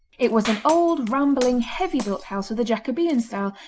it was an old rambling, heavy-built house of the jacobean style,